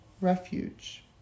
refuge